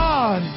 God